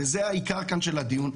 וזה העיקר כאן של הדיון,